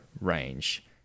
range